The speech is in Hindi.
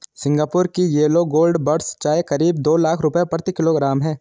सिंगापुर की येलो गोल्ड बड्स चाय करीब दो लाख रुपए प्रति किलोग्राम है